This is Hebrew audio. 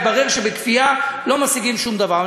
התברר שבכפייה לא משיגים שום דבר.